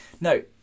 no